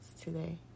today